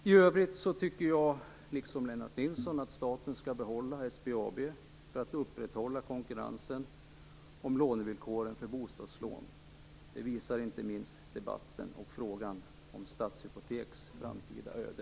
I övrigt tycker jag liksom Lennart Nilsson att staten skall behålla SBAB för att upprätthålla konkurrensen om lånevillkoren för bostadslån. Det visar inte minst debatten i frågan om Stadshypoteks framtida öde.